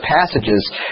passages